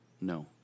No